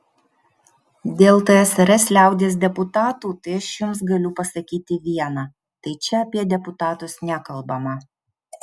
dėl tsrs liaudies deputatų tai aš jums galiu pasakyti viena tai čia apie deputatus nekalbama